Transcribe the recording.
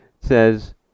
says